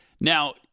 Now-